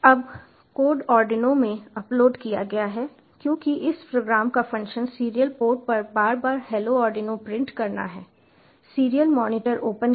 अब code Arduino board में upload किया गया है क्योंकि इस प्रोग्राम का फंक्शन सीरियल पोर्ट पर बार बार हेलो आर्डिनो प्रिंट करना है सीरियल मॉनिटर ओपन करेगा